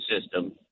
system